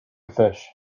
fish